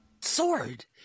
Sword